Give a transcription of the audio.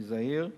אני זהיר,